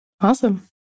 Awesome